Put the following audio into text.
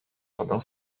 jardin